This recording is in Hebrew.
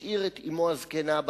יש עוד משהו שנשאר.